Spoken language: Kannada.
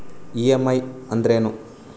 ಇ.ಎಂ.ಐ ಅಂದ್ರೇನು?